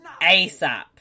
ASAP